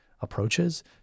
approaches